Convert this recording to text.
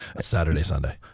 Saturday-Sunday